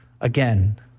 again